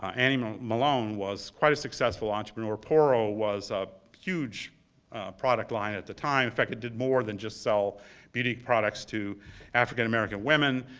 ah annie malone malone was quite a successful entrepreneur. poro was a huge product line at the time. in fact, it did more than just sell beauty products to african american women,